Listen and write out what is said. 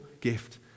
gift